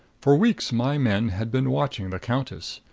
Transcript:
for weeks my men had been watching the countess.